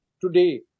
today